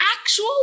actual